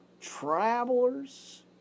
travelers